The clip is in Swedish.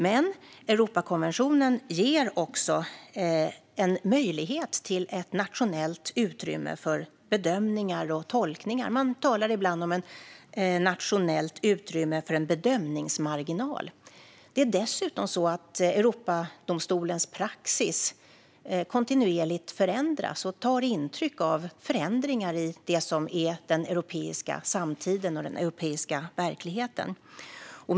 Men Europakonventionen ger också en möjlighet till ett nationellt utrymme för bedömningar och tolkningar. Man talar ibland om ett nationellt utrymme för en bedömningsmarginal. Det är dessutom så att Europadomstolens praxis kontinuerligt förändras och tar intryck av förändringar i det som är den europeiska samtiden och den europeiska verkligheten.